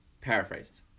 Paraphrased